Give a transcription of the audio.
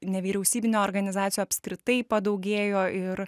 nevyriausybinių organizacijų apskritai padaugėjo ir